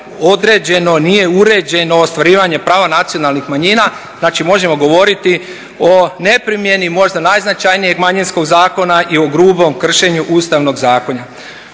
određeno, nije uređeno ostvarivanje prava nacionalnih manjina. Znači, možemo govoriti o neprimjeni možda najznačajnijeg manjinskog zakona i o grubom kršenju Ustavnog zakona.